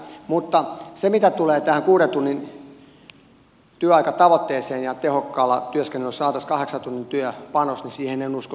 mutta mitä tulee tähän kuuden tunnin työaikatavoitteeseen ja siihen että tehokkaalla työskentelyllä saataisiin kahdeksan tunnin työpanos niin siihen en usko yhtään